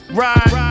ride